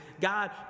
God